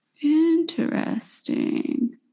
Interesting